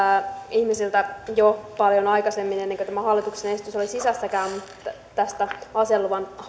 ihmisiltä jo paljon aikaisemmin kuin tämä hallituksen esitys oli sisässäkään on aseluvan